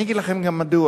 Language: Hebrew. אני אגיד לכם גם מדוע.